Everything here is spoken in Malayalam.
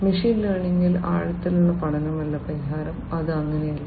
മെഷീൻ ലേണിംഗിൽ ആഴത്തിലുള്ള പഠനമല്ല പരിഹാരം അത് അങ്ങനെയല്ല